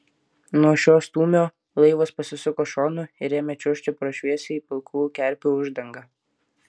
nuo šio stūmio laivas pasisuko šonu ir ėmė čiuožti pro šviesiai pilkų kerpių uždangą